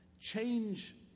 Change